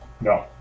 No